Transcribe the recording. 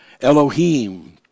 Elohim